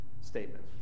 statement